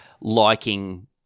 liking